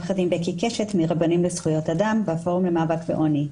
אני עורכת דין בקי קשת מרבנים לזכויות אדם בפורום למאבק בעוני.